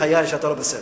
בחיי שאתה לא בסדר.